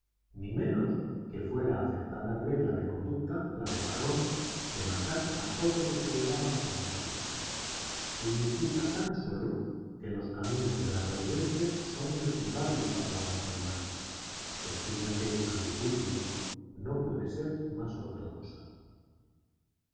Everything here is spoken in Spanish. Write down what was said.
ni menos que fuera acertada regla de conducta la de parrón de matar a todos los que llegaban a conocerle significa tan sólo que los caminos de la providencia son inescrutables para la razón humana doctrina que a mi juicio no puede ser más ortodoxa